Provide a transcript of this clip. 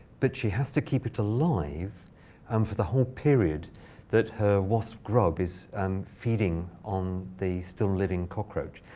but she has to keep it alive um for the whole period that her wasp grub is um feeding on the still-living cockroach.